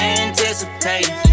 anticipating